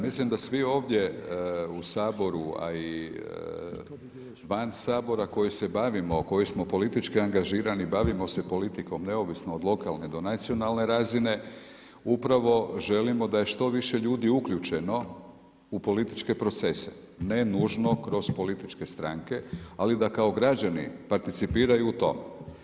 Mislim da svi ovdje u Saboru, a i van Sabora koji se bavimo, koji smo politički angažirani bavimo se politikom neovisno od lokalne do nacionalne razine upravo želimo da je što više ljudi uključeno u političke procese ne nužno kroz političke stranke ali da kao građani participiraju u tome.